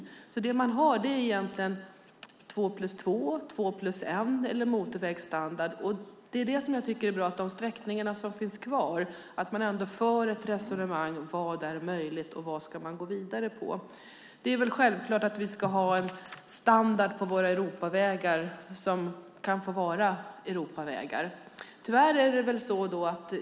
Alternativen är två-plus-två-väg, två-plus-ett-väg eller motorväg. Jag tycker att det är bra att man för ett resonemang om vad som är möjligt och hur man ska gå vidare när det gäller de återstående sträckorna. Det är självklart att vi ska ha en sådan standard på våra Europavägar att de kan kallas Europavägar.